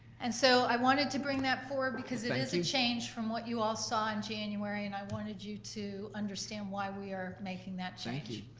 and so i wanted to bring that forward, because it is a change from what you all saw in january, and i wanted you to understand why we are making that change. thank you.